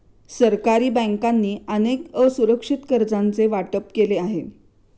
सरकारी बँकांनी अनेक असुरक्षित कर्जांचे वाटप केले आहे